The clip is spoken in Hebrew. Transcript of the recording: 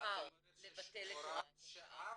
למחר לבטל את הוראת השעה.